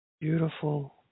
beautiful